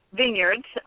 vineyards